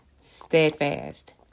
steadfast